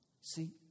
See